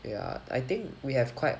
ya I think we have quite